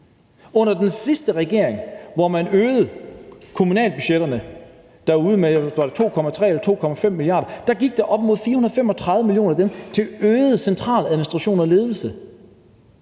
Under den sidste regering, hvor man øgede kommunebudgetterne derude med, var det 2,3 eller 2,5 mia. kr., gik der op mod 435 mio. kr. af dem til øget centraladministration og ledelse.